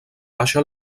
baixa